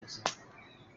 ruzima